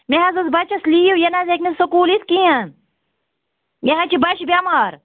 مےٚ حظ اوس بَچَس لیٖو یہِ نہٕ حظ ہیٚکہِ نہٕ سکوٗل یِتھ کِیٖنٛہن یہِ حظ چھِ بَچہٕ بٮ۪مار